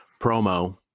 promo